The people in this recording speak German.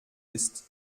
ist